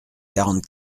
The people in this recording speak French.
quarante